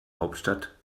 hauptstadt